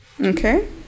Okay